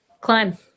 Climb